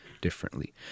differently